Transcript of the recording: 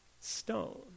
stone